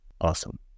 Awesome